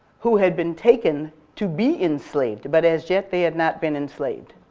who had been taken to be enslaved, but as yet they had not been enslaved,